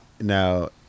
Now